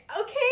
Okay